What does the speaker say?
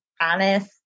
honest